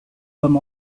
them